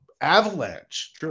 avalanche